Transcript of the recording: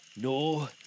No